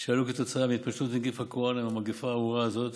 שעלו כתוצאה מהתפשטות נגיף הקורונה והמגפה הארורה הזאת